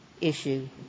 issue